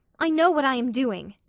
i know what i am doing!